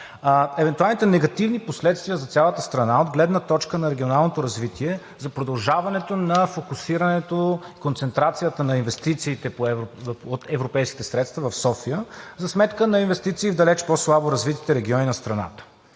евентуалните негативни последствия за цялата страна от гледна точка на регионалното развитие, за продължаването на фокусирането и концентрацията на инвестициите от европейските средства в София за сметка на инвестиции в далеч по-слабо развитите региони на страната.